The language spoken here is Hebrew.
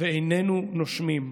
ואיננו נושמים.